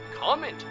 comment